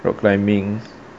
rock climbing